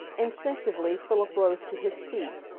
instinctively philip rose to his feet.